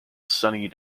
sunny